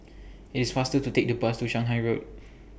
It's faster to Take The Bus to Shanghai Road